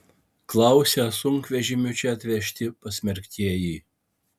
klausia sunkvežimiu čia atvežti pasmerktieji